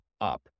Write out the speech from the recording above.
up